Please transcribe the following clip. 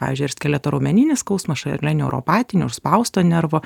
pavyzdžiui ir skeleto raumeninis skausmąs šalia neuropatinio užspausto nervo